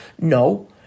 No